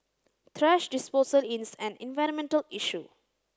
thrash disposal is an environmental issue